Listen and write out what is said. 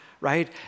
right